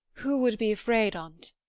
who would be afraid on t,